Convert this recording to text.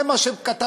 זה מה שכתבתי.